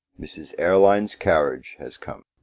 mrs. erlynne's carriage has come.